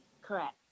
Correct